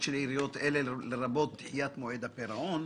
של עיריות אלו - לרבות דחיית מעוד הפירעון?